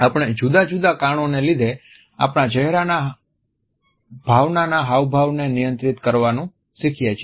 આપણે જુદા જુદા કારણો ને લીધે આપણા ચહેરાના ભાવનાના હાવભાવને નિયંત્રિત કરવાનું શીખીએ છીએ